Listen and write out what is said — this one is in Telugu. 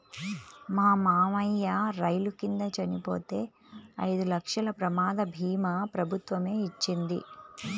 మా మావయ్య రైలు కింద చనిపోతే ఐదు లక్షల ప్రమాద భీమా ప్రభుత్వమే ఇచ్చింది